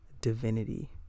divinity